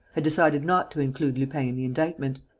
had decided not to include lupin in the indictment.